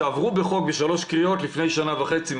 שעברו בחוק בשלוש קריאות לפני שנה וחצי,